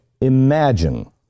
Imagine